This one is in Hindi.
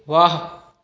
वाह